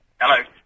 Hello